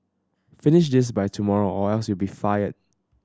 finish just by tomorrow or else you'll be fired